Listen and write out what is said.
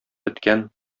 беткән